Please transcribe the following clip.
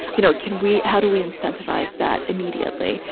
you know, can we. how do we incentivize that immediately?